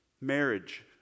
Marriage